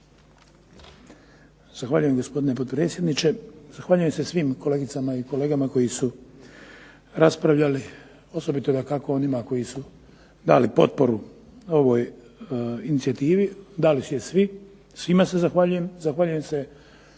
Zahvaljujem gospodine potpredsjedniče. Zahvaljujem se svim kolegicama i kolegama koji su raspravljali, osobito dakako onima koji su dali potporu ovoj inicijativi, dali su je svi, svima se zahvaljujem. Zahvaljujem se